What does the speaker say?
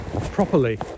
properly